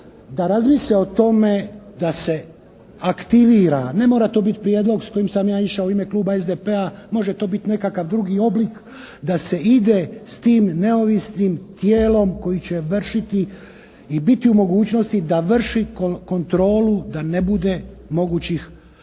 da razmisle o tome da se aktivira, ne mora to biti prijedlog s kojim sam ja išao u ime kluba SDP-a, može to biti nekakav drugi oblik da se ide s tim neovisnim tijelom koji će vršiti i biti u mogućnosti da vrši kontrolu da ne bude mogućih zlouporaba.